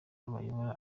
bayoboye